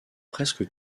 presque